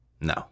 No